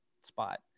spot